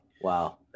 Wow